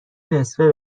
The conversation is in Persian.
نصفه